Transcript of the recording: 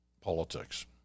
politics